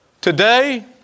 Today